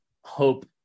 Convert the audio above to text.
hope